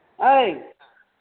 ओइ